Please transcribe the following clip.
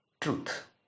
truth